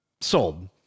Sold